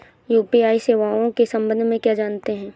UPI सेवाओं के संबंध में क्या जानते हैं?